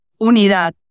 Unidad